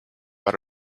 out